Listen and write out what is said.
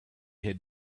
had